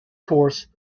course